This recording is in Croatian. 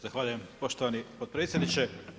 Zahvaljujem poštovani potpredsjedniče.